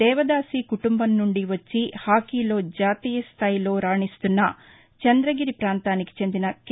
దేవదాసి కుటుంబం నుంచి వచ్చి హాకీలో జాతీయ స్థాయిలో రాణిస్తున్న చంద్రగిరి పాంతానికి చెందిన కె